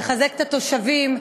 לחזק את התושבים.